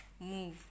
move